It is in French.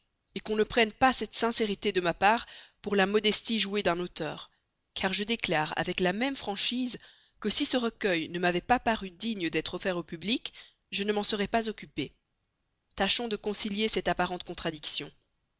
succès qu'on ne prenne pas cette sincérité de ma part pour la modestie jouée d'un auteur car je déclare avec la même franchise que si ce recueil ne m'avait pas paru digne d'être offert au public je ne m'en serais pas occupé tâchons de concilier cette apparente contradiction